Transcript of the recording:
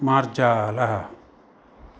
मार्जालः